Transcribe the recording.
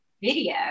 video